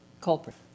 culprit